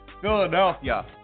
Philadelphia